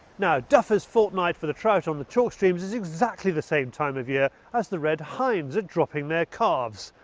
now duffers fortnight for the trout on the chalk streams is exactly the same time of year as the red hinds are dropping their calves.